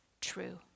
true